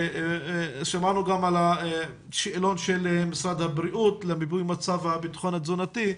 שמענו גם על השאלון של משרד הבריאות למיפוי מצב הביטחון התזונתי,